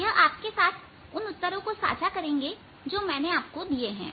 यह आपके साथ उत्तर साझा करेंगे जो मैंने आपको दिए हैं